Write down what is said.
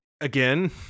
again